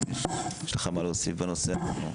בבקשה.